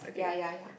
ya ya ya